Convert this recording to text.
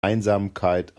einsamkeit